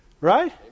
Right